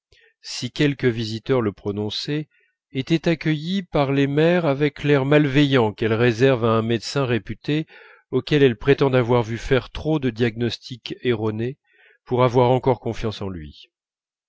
si quelque visiteur le prononçait était accueilli par les mères avec l'air malveillant qu'elles réservent à un médecin réputé auquel elles prétendent avoir vu faire trop de diagnostics erronés pour avoir encore confiance en lui